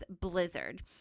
Blizzard